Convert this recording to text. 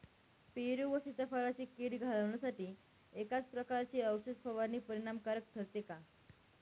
पेरू व सीताफळावरील कीड घालवण्यासाठी एकाच प्रकारची औषध फवारणी परिणामकारक ठरते का?